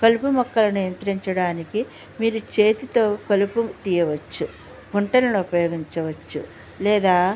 కలుపు మొక్కలు నియంత్రించడానికి మీరు చేతితో కలుపు తీయవచ్చు గుంటలను ఉపయోగించవచ్చు లేదా